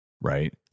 Right